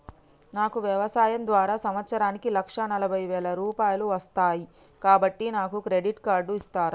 నాకు వ్యవసాయం ద్వారా సంవత్సరానికి లక్ష నలభై వేల రూపాయలు వస్తయ్, కాబట్టి నాకు క్రెడిట్ కార్డ్ ఇస్తరా?